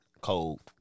Cold